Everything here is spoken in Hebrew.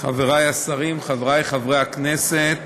חברי השרים, חברי חברי הכנסת,